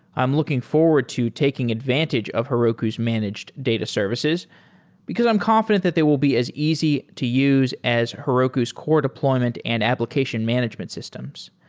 i'm looking forward to taking advantage of heroku's managed data services because i'm confident that they will be as easy to use as heroku's core deployment and application management systems.